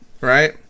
right